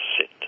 sit